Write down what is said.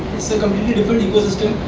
it's a completely different ecosystem,